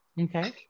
okay